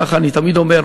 כך אני תמיד אומר,